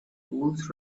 fools